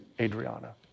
Adriana